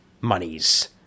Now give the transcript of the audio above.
monies